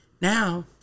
Now